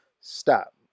stop